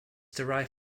derived